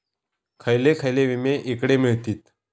खयले खयले विमे हकडे मिळतीत?